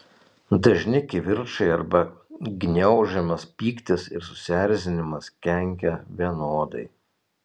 dažni kivirčai arba gniaužiamas pyktis ir susierzinimas kenkia vienodai